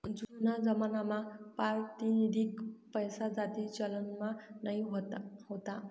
जूना जमानामा पारतिनिधिक पैसाजास्ती चलनमा नयी व्हता